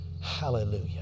Hallelujah